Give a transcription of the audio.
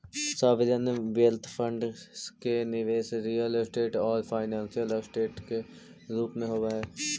sovereign wealth fund के निवेश real estate आउ फाइनेंशियल ऐसेट के रूप में होवऽ हई